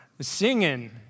singing